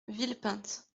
villepinte